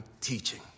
teaching